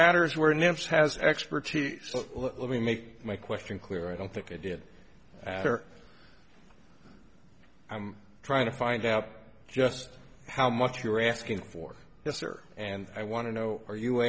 matters where next has expertise so let me make my question clear i don't think i did after i'm trying to find out just how much you're asking for this or and i want to know are you